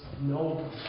No